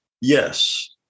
Yes